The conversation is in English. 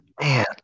Man